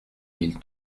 mille